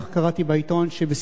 כך קראתי בעיתון,